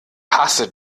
hasse